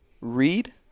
read